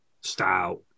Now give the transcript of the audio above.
stout